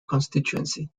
constituency